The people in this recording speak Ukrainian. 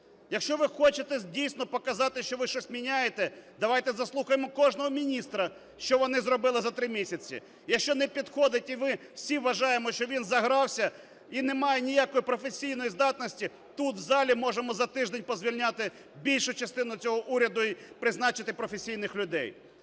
Якщо ви хочете дійсно показати, що ви щось міняєте, давайте заслухаємо кожного міністра, що вони зробили за 3 місяці. Якщо не підходить і ми всі вважаємо, що він загрався і не має ніякої професійної здатності, тут в залі можемо за тиждень позвільняти більшу частину цього уряду і призначити професійних людей.